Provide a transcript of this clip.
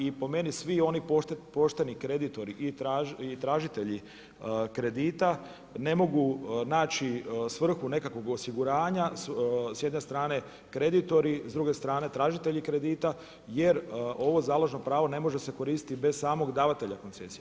I po meni, svi oni pošteni kreditori i tražitelji kredita ne mogu naći svrhu nekakvog osiguranja, s jedne strane kreditori, s druge strane tražitelji kredita, jer ovo založno pravo ne može se koristiti bez samog davatelja koncesija.